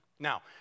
Now